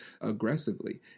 aggressively